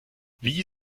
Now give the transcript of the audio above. wie